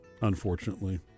unfortunately